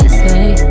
say